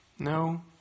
No